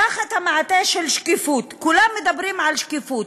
תחת המעטה של שקיפות, כולם מדברים על שקיפות,